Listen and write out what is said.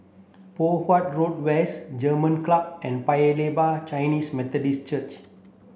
Poh Huat Road West German Club and Paya Lebar Chinese Methodist Church